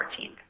14th